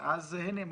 ואז הנה,